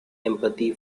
empathy